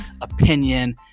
opinion